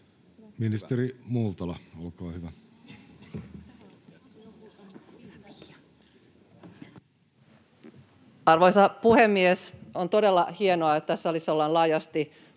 Ministeri Multala, olkaa hyvä. Arvoisa puhemies! On todella hienoa, että tässä salissa ollaan laajasti huolissaan